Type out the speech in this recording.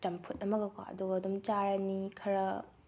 ꯆꯝꯐꯨꯠ ꯑꯃꯒꯀꯣ ꯑꯗꯨꯒ ꯑꯗꯨꯝ ꯆꯥꯔꯅꯤ ꯈꯔ